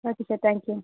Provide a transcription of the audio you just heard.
okay sir thank you